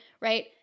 right